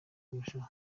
kurushaho